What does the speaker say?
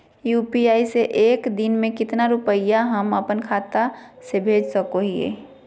UPI से एक दिन में कितना रुपैया हम अपन खाता से भेज सको हियय?